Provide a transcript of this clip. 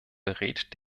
berät